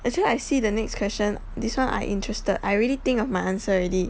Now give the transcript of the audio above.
actually I see the next question this one I interested I already think of my answer already